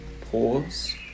Pause